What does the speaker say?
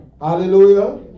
Hallelujah